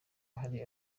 hari